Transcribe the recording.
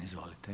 Izvolite.